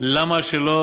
למה לא,